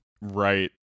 right